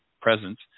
presence